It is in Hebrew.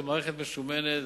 יש לנו מערכת משומנת.